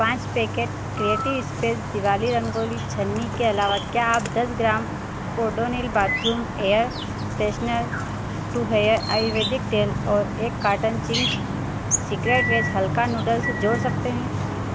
पाँच packet creative space Diwali rangoli छन्नी के अलावा क्या आप दस gram Odonil bathroom air freshener टू हेयर आयुर्वेदिक तेल और एक कार्टन चिंग्स सीक्रेट वेज हल्का नूडल्स जोड़ सकते हैं